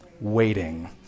Waiting